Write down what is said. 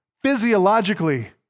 physiologically